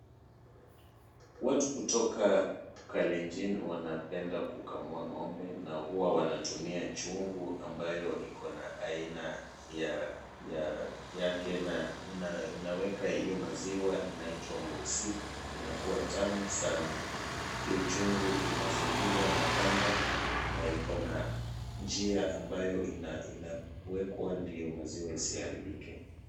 Watu kutoka Kalenjin wanapenda kukamua ng'ombe na huwa wanatumia chungu ambayo iko na aina ya yake na inaweka hiyo maziwa inaitwa mursik, inakuwa tamu sana. Hiyo chungu inazingiriwa na kamba na iko na njia ambayo inawekwa ndiyo maziwa isiharibike.